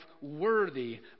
worthy